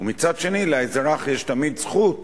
ומצד שני לאזרח יש תמיד זכות